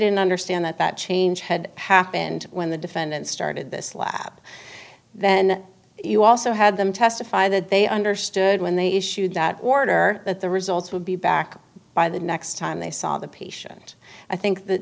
didn't understand that that change had happened when the defendant started this lab then you also had them testify that they understood when they issued that order that the results would be back by the next time they saw the patient i think th